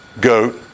goat